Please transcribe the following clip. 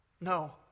No